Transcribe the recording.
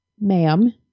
ma'am